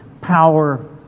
power